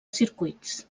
circuits